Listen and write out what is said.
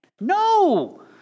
No